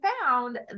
found